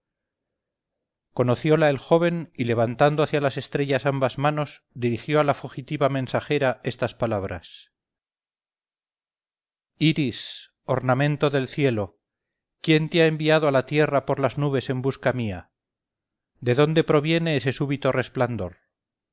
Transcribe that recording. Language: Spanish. nubes conociola el joven y levantando hacia las estrellas ambas manos dirigió a la fugitiva mensajera estas palabras iris ornamento del cielo quién te ha enviado a la tierra por las nubes en busca mía de dónde proviene ese súbito resplandor